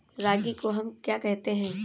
रागी को हम क्या कहते हैं?